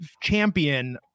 champion